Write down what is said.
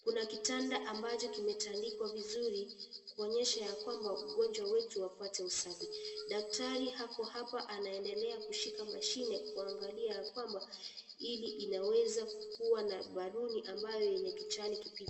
Kuna kitanda ambacho kimetandikwa vizuri kuonyesha ya kwamba wagonjwa wetu wapate usafi. Daktari yuko hapa anaendelea kushika mashine kuangalia ya kwamba ili inaweza kuwa na baluni ambaye yenye kijani kibichi.